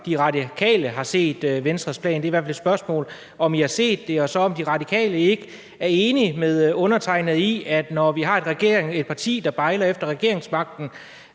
De Radikale har set Venstres plan. Det er i hvert fald et spørgsmål, om I har set den, og om De Radikale ikke er enige med undertegnede i, at når vi har et parti, der bejler efter regeringsmagten,